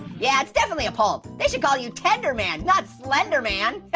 yeah, it's definitely a poem. they should call you tenderman, not slenderman.